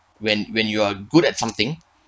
when when you are good at something